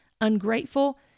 ungrateful